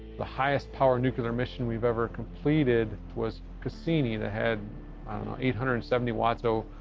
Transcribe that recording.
the highest power nuclear mission we've ever completed was cassini, that had eight hundred and seventy watts. so,